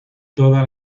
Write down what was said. toda